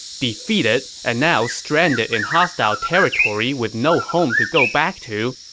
defeated and now stranded in hostile territory with no home to go back to,